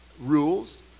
rules